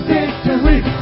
Victory